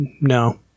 no